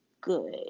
good